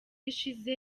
ishize